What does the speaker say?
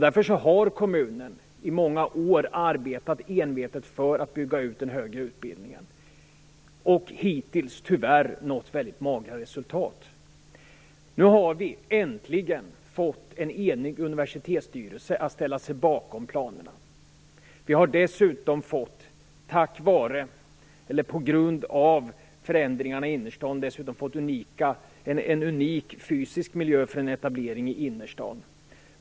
Därför har kommunen i många år arbetat envetet för att bygga ut den högre utbildningen. Hittills har man tyvärr nått mycket magra resultat. Nu har vi äntligen fått en enig universitetsstyrelse att ställa sig bakom planerna. Vi har dessutom på grund av förändringarna i innerstan fått en unik fysisk miljö för en etablering i innerstan.